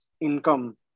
income